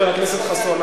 חבר הכנסת חסון.